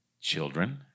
children